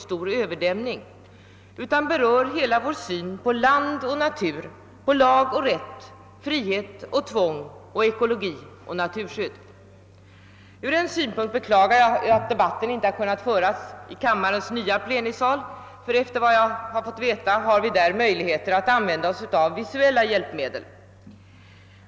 stor överdämning utan berör hela vår syn på land och natur, lag och rätt, frihet och tvång, ekologi och naturskydd. Ur en synpunkt beklagar jag att debatten inte kan föras i vår nya p'enisal. Efter vad jag erfarit kommer vi ledamöter att där ha möjlighet att utnyttja visuella hjälpmedel.